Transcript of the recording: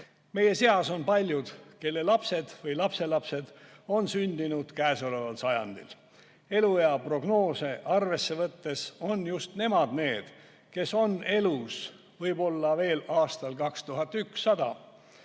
Meie seas on palju neid, kelle lapsed või lapselapsed on sündinud käesoleval sajandil. Eluea prognoose arvesse võttes on just nemad need, kes on elus võib-olla veel aastal 2100.